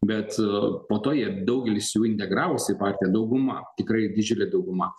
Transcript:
bet po to jie daugelis jų integravosi į partiją dauguma tikrai didžiulė dauguma